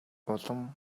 улам